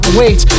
wait